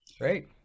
Great